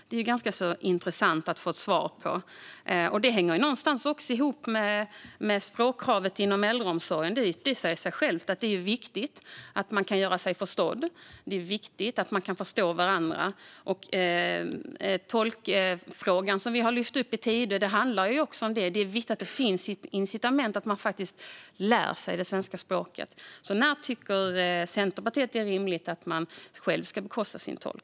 Detta vore intressant att få svar på. Det hänger någonstans ihop med språkkravet inom äldreomsorgen. Det säger sig självt att det är viktigt att man kan göra sig förstådd. Det är viktigt att man kan förstå varandra. När det gäller tolkfrågan är det också, som vi har lyft fram i Tidöavtalet, viktigt att det finns incitament att faktiskt lära sig det svenska språket. När tycker Centerpartiet att det är rimligt att man själv ska bekosta sin tolk?